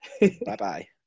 Bye-bye